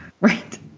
Right